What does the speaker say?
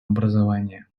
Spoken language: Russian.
образования